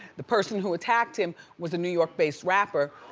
the person who attacked him was a new york based rapper.